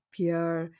PR